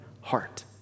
heart